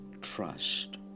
trust